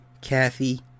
Kathy